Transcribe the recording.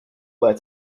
where